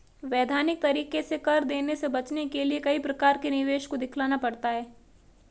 वैधानिक तरीके से कर देने से बचने के लिए कई प्रकार के निवेश को दिखलाना पड़ता है